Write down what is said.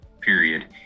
period